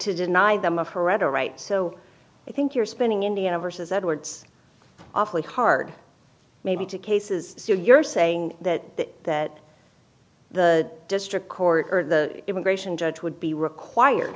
to deny them of hereto right so i think you're spinning indiana vs edwards awfully hard maybe to cases so you're saying that that the district court or the immigration judge would be required